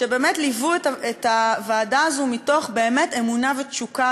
שבאמת ליוו את הוועדה הזו מתוך אמונה ותשוקה.